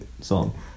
song